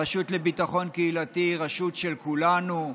הרשות לביטחון קהילתי היא רשות של כולנו,